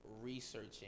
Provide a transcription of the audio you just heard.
Researching